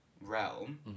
realm